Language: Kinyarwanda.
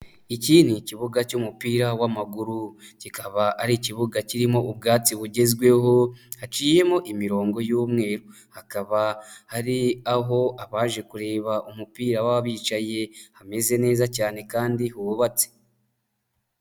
Iki ni ikibuga cy'umupira w'amaguru, kikaba ari ikibuga kirimo ubwatsi bugezweho, haciyemo imirongo y'umweru. Hakaba hari aho abaje kureba umupira baba bicaye hameze neza cyane kandi hubatse.